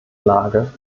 lage